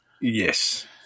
Yes